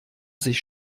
sich